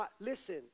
listen